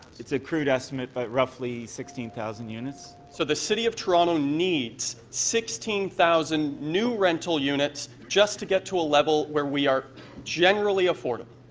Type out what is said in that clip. it's a crude estimate but roughly sixteen thousand units. so the city of toronto needs sixteen thousand new rental units to get to a level where we are generally affordable?